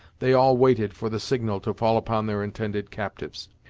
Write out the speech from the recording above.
they all waited for the signal to fall upon their intended captives.